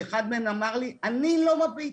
שאחד מהם אמר לי אני לא מביט,